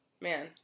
Man